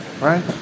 right